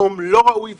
שזה מקום לא ראוי,